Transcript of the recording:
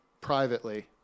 privately